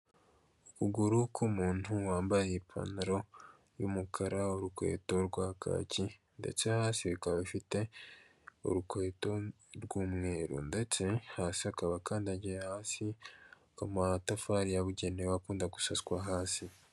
Ukuguru k'umuntu wambaye ipantaro y'umukara urukweto rwa kaki, ndetse hasi akaba ifite urukweto rw'umweru, ndetse hasi akaba akandagiye hasi, amatafari yabugenewe akunda gusaswa hasi.